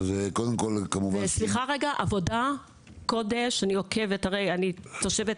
עבודת קודש, אני תושבת